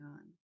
on